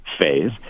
phase